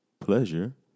pleasure